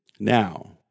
Now